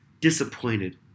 disappointed